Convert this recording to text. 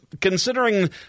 considering